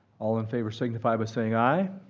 all in favor signify by saying aye.